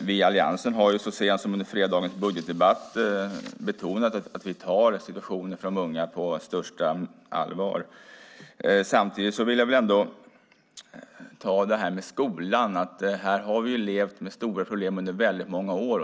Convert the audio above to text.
Vi i Alliansen betonade så sent som under fredagens budgetdebatt att vi tar situationen för de unga på största allvar. Sedan vill jag ta upp skolan, som har levt med stora problem under väldigt många år.